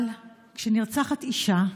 אבל כשנרצחת אישה,